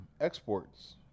exports